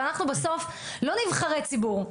אנחנו בסוף לא נבחרי ציבור,